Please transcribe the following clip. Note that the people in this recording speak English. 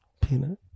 Peanut